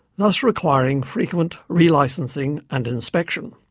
thus requiring frequent relicensing and inspection.